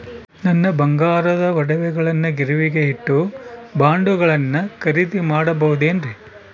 ನನ್ನ ಬಂಗಾರದ ಒಡವೆಗಳನ್ನ ಗಿರಿವಿಗೆ ಇಟ್ಟು ಬಾಂಡುಗಳನ್ನ ಖರೇದಿ ಮಾಡಬಹುದೇನ್ರಿ?